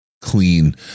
clean